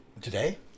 Today